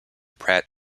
pratt